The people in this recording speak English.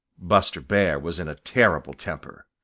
buster bear was in a terrible temper.